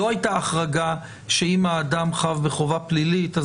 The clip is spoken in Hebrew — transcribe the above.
לא הייתה החרגה שאם האדם חב בחובה פלילית,